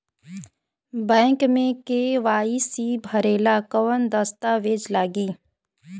Bank मे KYC भरेला कवन दस्ता वेज लागी?